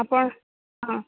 ଆପଣ ହଁ